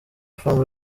farm